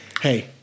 Hey